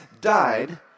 died